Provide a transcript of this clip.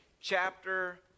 chapter